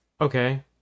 okay